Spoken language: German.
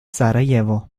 sarajevo